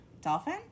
Dolphin